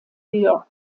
york